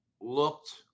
looked